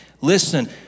Listen